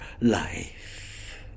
life